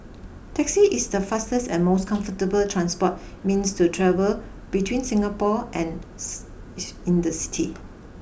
taxi is the fastest and most comfortable transport means to travel between Singapore and in the city